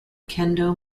kendo